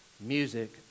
music